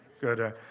good